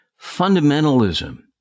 fundamentalism